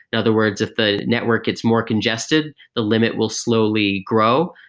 in other words, if the network gets more congested, the limit will slowly grow,